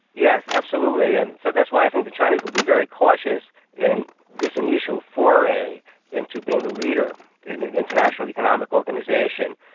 yes, absolutely, and so that's why i think the chinese will be very cautious in this initial foray into being the leader in an international economic organisation,